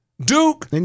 Duke